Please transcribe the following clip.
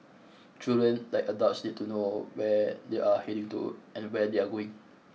children like adults need to know where they are heading to and where they are going